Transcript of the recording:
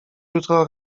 jutro